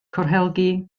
corhelgi